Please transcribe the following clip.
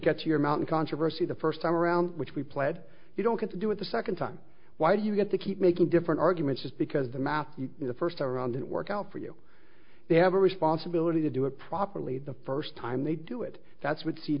get your amount of controversy the first time around which we pled you don't get to do it the second time why do you get to keep making different arguments just because the math in the first around didn't work out for you they have a responsibility to do it properly the first time they do it that's would see